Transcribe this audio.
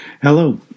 Hello